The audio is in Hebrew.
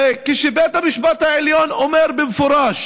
וכשבית המשפט העליון אומר במפורש